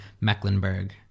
Mecklenburg